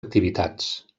activitats